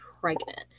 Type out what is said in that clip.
pregnant